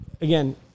Again